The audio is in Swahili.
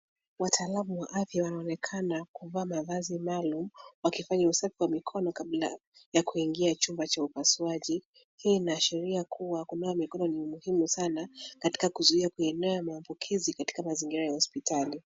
Wataalamu wa afya wanaonekana kuvaa mavazi maalum wakifanya usafi wa mikono kabla ya kuingia chumba cha upasuaji. Hii inaashiria kuwa kunawa mikono ni muhimu sana katika kuzuia kuenea maambukizi katika mazingira ya hospitali.